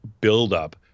buildup